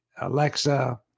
Alexa